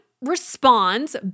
responds